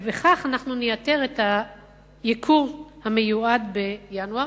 וכך אנחנו נייתר הייקור המיועד בינואר.